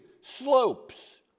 slopes